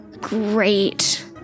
great